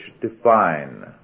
define